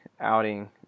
outing